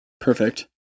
Perfect